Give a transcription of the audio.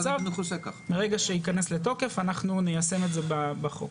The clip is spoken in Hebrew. מרגע שייכנס לתוקף, אנחנו ניישם את זה בחוק.